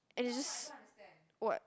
and it's just what